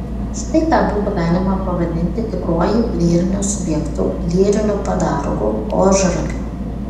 štai ką būtų galima pavadinti tikruoju lyriniu subjektu lyriniu padargu ožragiu